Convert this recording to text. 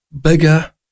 bigger